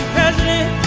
President